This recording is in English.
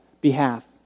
behalf